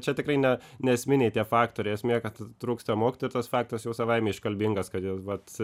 čia tikrai ne neesminiai tie faktoriai esmė kad trūksta mokytojų ir tuos faktas jau savaime iškalbingas kad jau vat